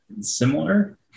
similar